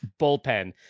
bullpen